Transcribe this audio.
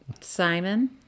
simon